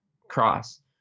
cross